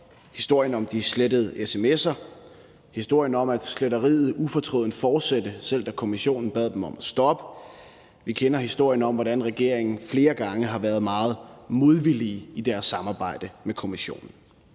historien om de slettede sms'er; historien om, at sletteriet ufortrødent fortsatte, selv da kommissionen bad dem om at stoppe; vi kender historien om, hvordan regeringen flere gange har været meget modvillige i deres samarbejde med kommissionen.